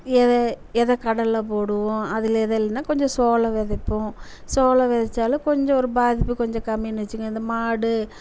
இத இத கடலை போடுவோம் அதில் எதுவும் இல்லைன்னா கொஞ்சம் சோளம் விதைப்போம் சோளம் விதைச்சாலும் கொஞ்சம் ஒரு பாதிப்பு கொஞ்சம் கம்மினு வச்சிக்கோங்க இந்த மாடு